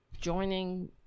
joining